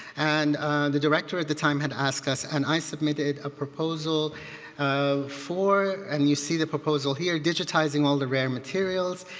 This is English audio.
and the director at the time had asked us and i submitted a proposal um for and you see the proposal here digitizing all the rare materials.